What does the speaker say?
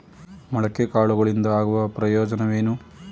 ಮೊಳಕೆ ಕಾಳುಗಳಿಂದ ಆಗುವ ಪ್ರಯೋಜನವೇನು?